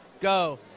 go